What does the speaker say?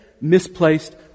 misplaced